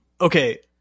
Okay